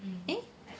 eh